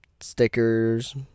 stickers